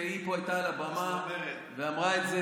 והיא פה הייתה על הבמה ואמרה את זה,